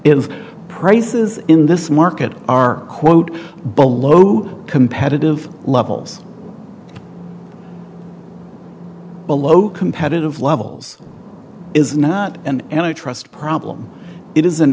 if prices in this market are quote below the competitive levels below competitive levels is not an antitrust problem it is an